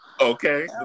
Okay